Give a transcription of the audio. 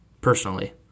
personally